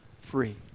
free